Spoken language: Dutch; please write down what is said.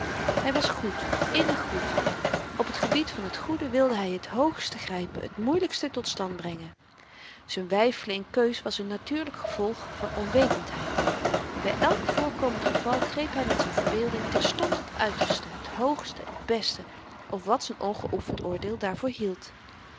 hy was goed innig goed op t gebied van het goede wilde hy t hoogste grypen het moeilykste tot stand brengen z'n weifelen in keus was n natuurlyk gevolg van onwetendheid by elk voorkomend geval greep hy met z'n verbeelding terstond het uiterste het hoogste het beste of wat z'n ongeoefend oordeel daarvoor hield